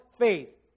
faith